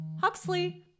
Huxley